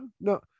no